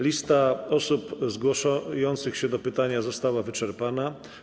Lista osób zgłaszających się do pytania została wyczerpana.